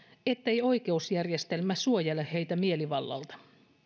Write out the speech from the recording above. ettei oikeusjärjestelmä suojele heitä mielivallalta